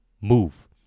move